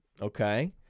Okay